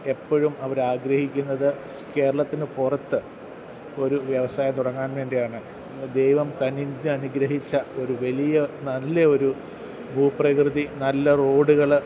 എപ്പോഴും അവർ ആഗ്രഹിക്കുന്നത് കേരളത്തിന് പുറത്ത് ഒരു വ്യവസായം തുടങ്ങാൻ വേണ്ടിയാണ് ദൈവം കനിഞ്ഞ് അനുഗ്രഹിച്ച ഒരു വലിയ നല്ല ഒരു ഭൂപ്രകൃതി നല്ല റോഡുകൾ